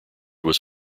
was